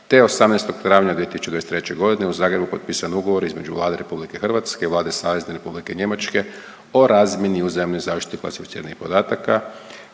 te 18. travnja 2023.g. u Zagrebu je potpisan ugovor između Vade RH i Vlade SR Njemačke o razmjeni uzajamne zaštite klasificiranih podataka